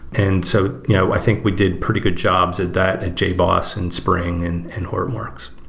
and so you know i think we did pretty good jobs at that at jboss and spring and and hortonworks.